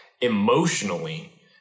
emotionally